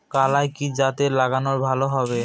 কলাই কি জাতে লাগালে ভালো হবে?